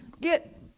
get